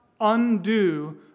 undo